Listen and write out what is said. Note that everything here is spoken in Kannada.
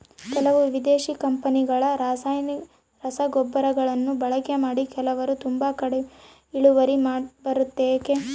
ಕೆಲವು ವಿದೇಶಿ ಕಂಪನಿಗಳ ರಸಗೊಬ್ಬರಗಳನ್ನು ಬಳಕೆ ಮಾಡಿ ಕೆಲವರು ತುಂಬಾ ಕಡಿಮೆ ಇಳುವರಿ ಬರುತ್ತೆ ಯಾಕೆ?